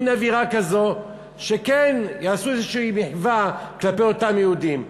מין אווירה כזו שכן יעשו איזושהי מחווה כלפי אותם יהודים.